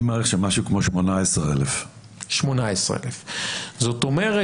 אני מעריך שמשהו כמו 18,000. זאת אומרת